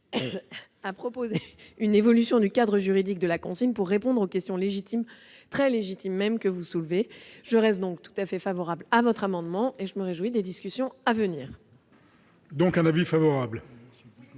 a proposé une évolution du cadre juridique de la consigne pour répondre aux questions très légitimes que vous soulevez. Je suis donc tout à fait favorable à votre amendement et je me réjouis des discussions à venir. La parole